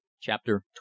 Chapter